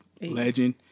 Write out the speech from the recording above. legend